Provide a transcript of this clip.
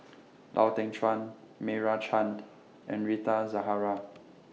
Lau Teng Chuan Meira Chand and Rita Zahara